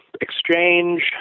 exchange